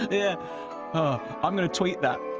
yeah i'm going to tweet that.